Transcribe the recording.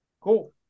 Cool